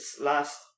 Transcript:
last